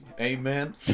Amen